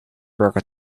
rocket